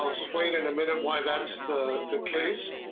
ah slain in a minute why that's the the case.